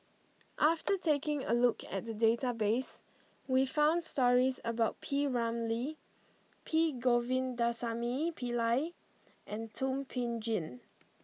after taking a look at the database we found stories about P Ramlee P Govindasamy Pillai and Thum Ping Tjin